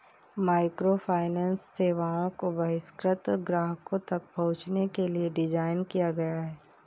microfinance सेवाओं को बहिष्कृत ग्राहकों तक पहुंचने के लिए डिज़ाइन किया गया है